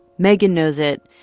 megan knows it.